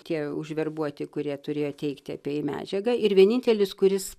tie užverbuoti kurie turėjo teikti apie jį medžiagą ir vienintelis kuris